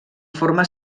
forma